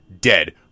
dead